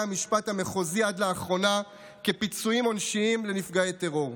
המשפט המחוזיים עד לאחרונה כפיצויים עונשיים לנפגעי טרור.